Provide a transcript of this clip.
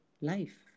life